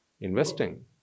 investing